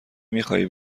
میخواهی